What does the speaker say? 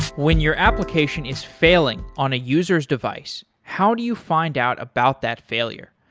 when your application is failing on a user's device, how do you find out about that failure?